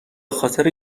خاطر